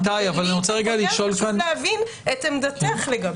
ואני רוצה להבין את עמדתך לגביו.